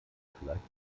vielleicht